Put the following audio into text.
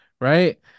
right